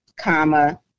comma